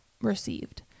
received